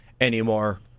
anymore